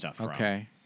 Okay